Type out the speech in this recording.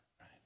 right